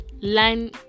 line